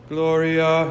Gloria